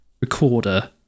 recorder